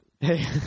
Hey